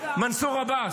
מנסור עבאס,